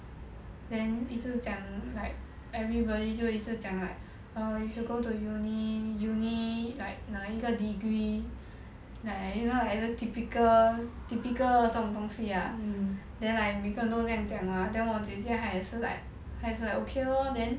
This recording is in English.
then 一直讲 like everybody 就一直讲 like err you should go to uni uni like 哪一个 degree 哪一个还是 typical typical 这种东西 lah then like 每个人都这样讲 lah then 我姐姐他也是 like 他也是 like okay lor then